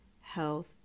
health